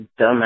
dumbass